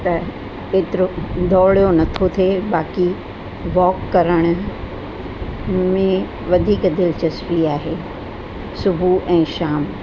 त एतिरो डोड़ियो नथो थिए बाक़ी वॉक करण में वधीक दिलचस्पी आहे सुबुह ऐं शाम